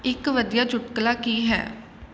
ਇੱਕ ਵਧੀਆ ਚੁਟਕਲਾ ਕੀ ਹੈ